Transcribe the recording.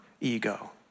ego